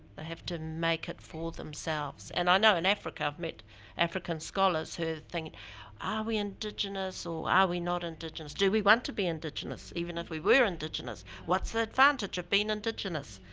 they have to make it for themselves. and i know in africa i've met african scholars who think, are we indigenous, or are we not indigenous? do we want to be indigenous? even if we were indigenous, what's the advantage of being ah indigenous?